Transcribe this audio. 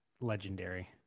legendary